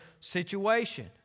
situation